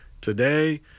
Today